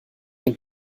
den